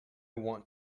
want